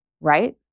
right